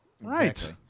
Right